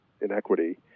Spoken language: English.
inequity